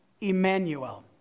Emmanuel